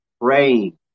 praying